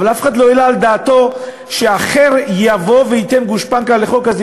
אבל אף אחד לא העלה על דעתו שאחר יבוא וייתן גושפנקה לחוק הזה,